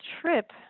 trip